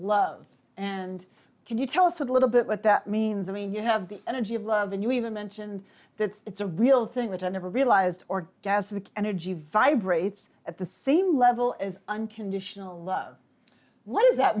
love and can you tell us a little bit what that means i mean you have the energy of love and you even mentioned that it's a real thing that i never realized orgasmic energy vibrates at the same level as unconditional love what does that